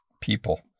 people